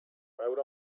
out